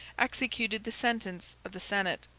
executed the sentence of the senate.